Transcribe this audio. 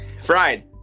fried